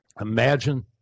Imagine